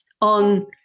on